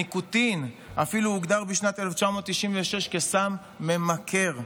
הניקוטין אפילו הוגדר בשנת 1996 כסם ממכר,